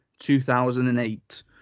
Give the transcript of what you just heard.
2008